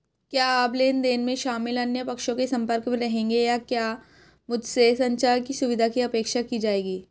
क्या आप लेन देन में शामिल अन्य पक्षों के संपर्क में रहेंगे या क्या मुझसे संचार की सुविधा की अपेक्षा की जाएगी?